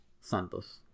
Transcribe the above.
Santos